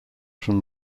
from